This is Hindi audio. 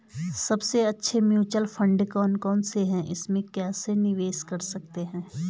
सबसे अच्छे म्यूचुअल फंड कौन कौनसे हैं इसमें कैसे निवेश कर सकते हैं?